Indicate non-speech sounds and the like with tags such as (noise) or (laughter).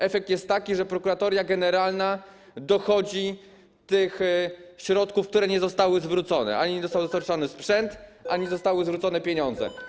Efekt jest taki, że Prokuratoria Generalna dochodzi tych środków, które nie zostały zwrócone: ani nie został (noise) dostarczony sprzęt, ani nie zostały zwrócone pieniądze.